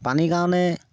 পানীৰ কাৰণে